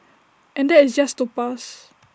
and that is just to pass